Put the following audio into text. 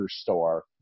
store